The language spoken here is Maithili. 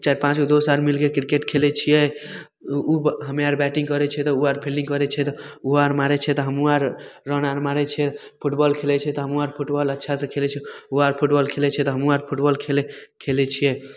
चारि पाँचगो दोस आर मिलिके किरकेट खेलै छिए ओ ब हमे आर बैटिन्ग करै छिए तऽ ओ आर फिल्डिन्ग करै छै तऽ ओहो आर मारै छै तऽ हमहूँ आर रन आर मारै छिए फुटबॉल खेलै छै तऽ हमहूँ आर फुटबॉल अच्छासे खेलै छिए ओहो आर फुटबॉल खेलै छै तऽ हमहूँ आर फुटबॉल खेलै छिए